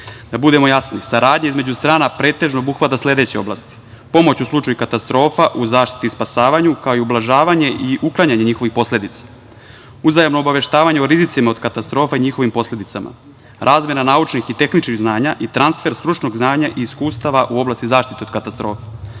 Da budemo jasni, saradnja između strana pretežno obuhvata sledeće oblasti: pomoć u slučaju katastrofa, u zaštiti i spasavanju, kao i ublažavanje i uklanjanje njihovih posledica, uzajamno obaveštavanje o rizicima od katastrofa i njihovim posledicama, razmena naučnih i tehničkih znanja i transfer stručnog znanja i iskustava iz oblasti zaštite od katastrofa,